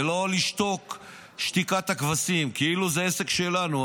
ולא לשתוק שתיקת כבשים, כאילו זה עסק שלנו.